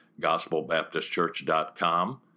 gospelbaptistchurch.com